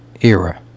era